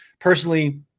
personally